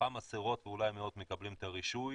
מתוכם עשרות ואולי מאות מקבלים את הרישוי,